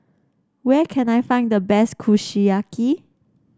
where can I find the best Kushiyaki